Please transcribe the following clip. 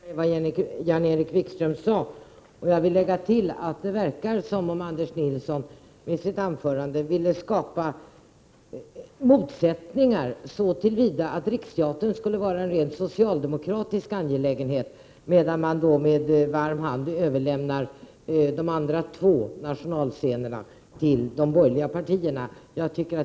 Herr talman! Jag instämmer i vad Jan-Erik Wikström senast sade. Låt mig tillägga att det verkar som om Anders Nilsson med sitt anförande ville skapa motsättningar så till vida att Riksteatern skulle vara en rent socialdemokratisk angelägenhet, medan man med varm hand överlämnade de två övriga nationalscenerna till de borgerliga partierna.